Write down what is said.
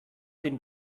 den